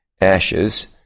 ashes